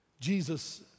Jesus